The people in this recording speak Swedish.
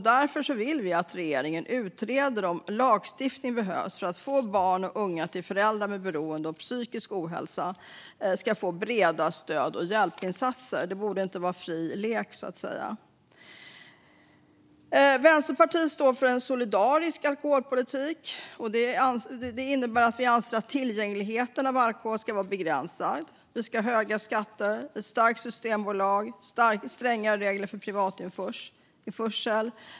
Därför vill vi att regeringen utreder om lagstiftning behövs för att barn och unga till föräldrar med beroende och psykisk ohälsa ska få breda stöd och hjälpinsatser. Det borde inte vara "fri lek". Vänsterpartiet står för en solidarisk alkoholpolitik. Det innebär att vi anser att tillgänglighet på alkohol ska vara begränsad. Vi ska ha höga skatter, ett starkt systembolag och strängare regler för privatinförsel.